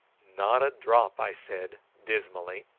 not a drop, i said, dismally.